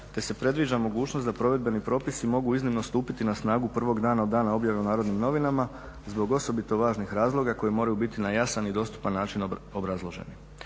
te se predviđa mogućnost da provedbeni propisi mogu iznimno stupiti na snagu prvog dana od dana objave u NN, zbog osobito važnih razloga koji moraju biti na jasan i dostupan način obrazloženi.